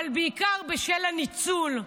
אבל בעיקר בשל הניצול,